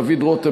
דוד רותם,